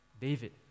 David